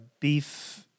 beef